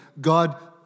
God